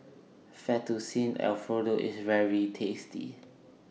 Fettuccine Alfredo IS very tasty